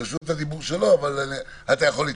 רשות הדיבור של אורי, אבל אתה יכול להתייחס.